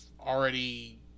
already